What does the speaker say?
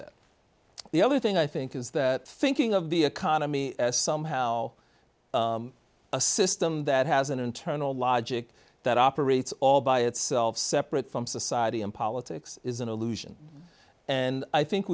that the other thing i think is that thinking of the economy as somehow a system that has an internal logic that operates all by itself separate from society and politics is an illusion and i think